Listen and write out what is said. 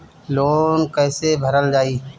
Loan कैसे भरल जाइ?